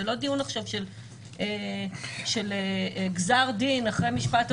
זה לא דיון של גזר דין אחרי משפט,